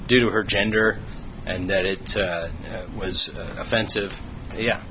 due to her gender and that it was offensive yeah